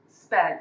spent